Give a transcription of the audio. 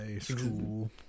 school